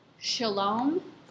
shalom